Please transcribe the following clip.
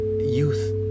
youth